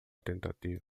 tentativa